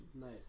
nice